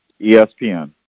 ESPN